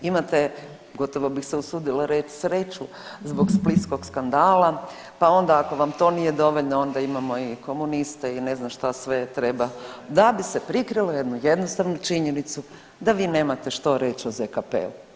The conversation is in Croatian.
Imate gotovo bih se usudila reći sreću zbog splitskog skandala, pa onda ako vam to nije dovoljno onda imamo i komuniste i ne znam šta sve treba da bi se prikrilo jednu jednostavnu činjenicu da vi nemate što reći o ZKP-u.